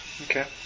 Okay